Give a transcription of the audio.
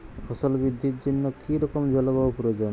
ফসল বৃদ্ধির জন্য কী রকম জলবায়ু প্রয়োজন?